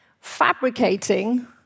fabricating